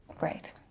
Right